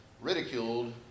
ridiculed